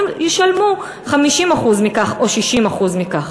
הם ישלמו 50% מכך או 60% מכך.